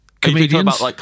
Comedians